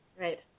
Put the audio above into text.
right